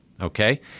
Okay